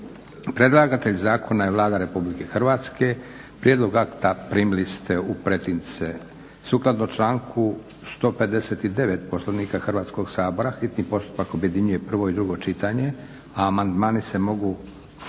Predlagatelj zakona je Vlada RH. Prijedlog akta primili ste u pretince. Sukladno članku 159. Poslovnika Hrvatskog sabora hitni postupak objedinjuje prvo i drugo čitanje, a amandmani se mogu